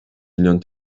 milyon